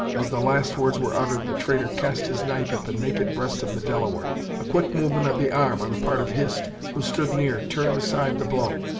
as the last words were uttered, the traitor cast his knife at the naked breast of the delaware. a quick movement of the arm, on the part of hist, who stood near, turned aside the blow,